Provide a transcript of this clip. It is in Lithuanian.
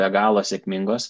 be galo sėkmingos